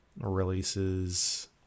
releases